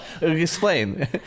Explain